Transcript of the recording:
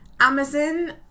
Amazon